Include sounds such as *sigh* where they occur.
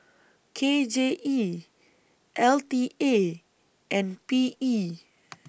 K J E L T A and P E *noise*